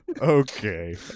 Okay